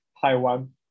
Taiwan